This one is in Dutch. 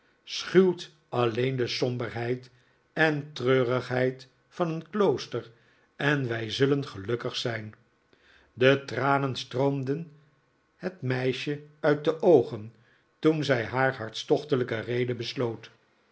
schuwt alleen de somberheid en treurigheid van een klooster en wij zullen gelukkig zijn de tranen stroomden het meisje uit de oogen toen zij haar hartstochtelijke rede besloot